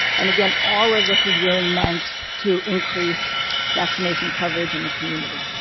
and again all of this is really meant to increase vaccination coverage in the community.